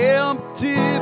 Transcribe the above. empty